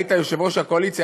היית יושב-ראש הקואליציה,